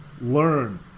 learn